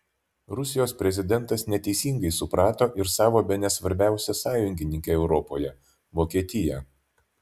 rusijos prezidentas neteisingai suprato ir savo bene svarbiausią sąjungininkę europoje vokietiją